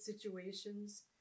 situations